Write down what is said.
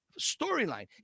storyline